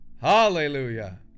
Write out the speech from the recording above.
hallelujah